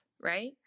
right